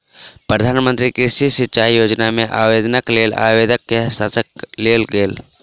प्रधान मंत्री कृषि सिचाई योजना मे आवेदनक लेल आवेदक के हस्ताक्षर लेल गेल